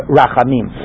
rachamim